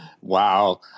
Wow